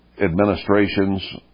administrations